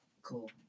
cool